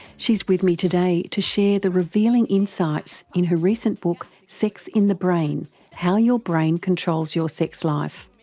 she's with me today to share the revealing insights in her recent book sex in the brain how your brain controls your sex life.